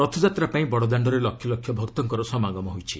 ରଥଯାତ୍ରାପାଇଁ ବଡ଼ଦାଣ୍ଡରେ ଲକ୍ଷ ଲକ୍ଷ ଭକ୍ତଙ୍କର ସମାଗମ ହୋଇଛି